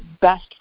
best